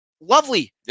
lovely